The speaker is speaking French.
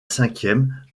cinquième